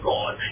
God